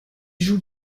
joue